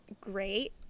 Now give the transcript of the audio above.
great